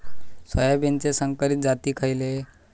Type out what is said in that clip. सोयाबीनचे संकरित जाती खयले?